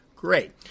Great